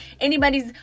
anybody's